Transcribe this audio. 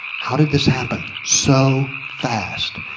how did this happen so fast?